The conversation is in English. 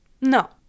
No